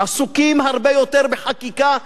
עסוקים הרבה יותר בחקיקה,